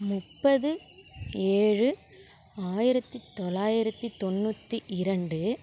முப்பது ஏழு ஆயிரத்தி தொள்ளாயிரத்தி தொண்ணூத்தி இரண்டு